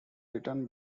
written